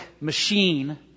machine